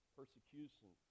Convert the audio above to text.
persecution